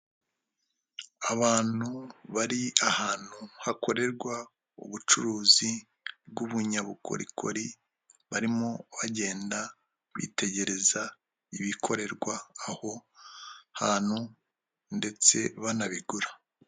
Abantu bari ahantu hakorerwa ubucuruzi bw'ubunyabukorikori barimo bagenda bitegereza ibikorerwa aho hantu ndetse banabigura.